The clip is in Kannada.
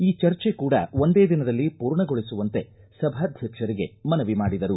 ಈ ಚರ್ಚೆ ಕೂಡ ಒಂದೇ ದಿನದಲ್ಲಿ ಪೂರ್ಣಗೊಳಿಸುವಂತೆ ಸಭಾದ್ವಕ್ಷರಿಗೆ ಮನವಿ ಮಾಡಿದರು